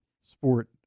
sport